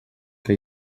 que